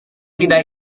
tidak